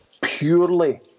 purely